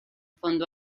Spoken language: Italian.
fondo